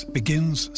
begins